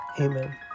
Amen